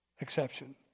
exception